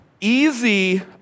easy